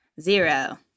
zero